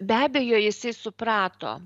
be abejo jisai suprato